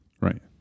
Right